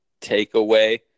takeaway